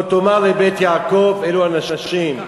"כה תאמר לבית יעקב" אלו הנשים,